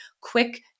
quick